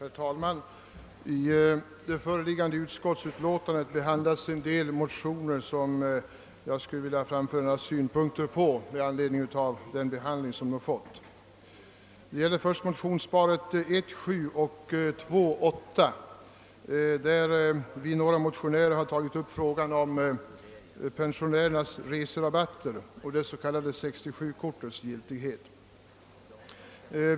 Herr talman! Under punkten 4 i utskottets utlåtande behandlas några motionspar som jag skulle vilja framföra några synpunkter på. I motionsparet I:7 och II:8 har vi motionärer tagit upp frågan om pensionärernas reserabatter och det s.k. 67 kortets giltighet.